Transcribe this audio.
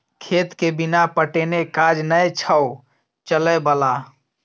खेतके बिना पटेने काज नै छौ चलय बला